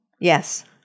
Yes